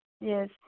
Yes